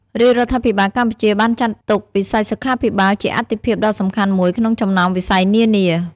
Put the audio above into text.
រាជរដ្ឋាភិបាលកម្ពុជាបានចាត់ទុកវិស័យសុខាភិបាលជាអាទិភាពដ៏សំខាន់មួយក្នុងចំណោមវិស័យនានា។